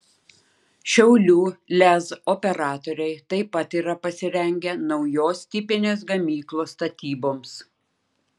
šiaulių lez operatoriai taip pat yra pasirengę naujos tipinės gamyklos statyboms